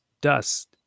dust